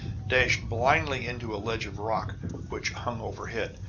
dashed blindly into a ledge of rock which hung overhead.